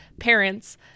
parents